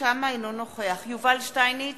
יובל שטייניץ,